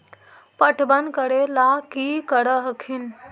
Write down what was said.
पटबन करे ला की कर हखिन?